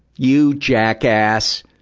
you jackass!